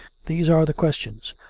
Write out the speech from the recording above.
these are the questions.